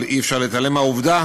אבל אי-אפשר להתעלם מהעובדה